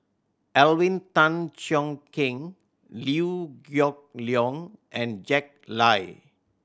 Alvin Tan Cheong Kheng Liew Geok Leong and Jack Lai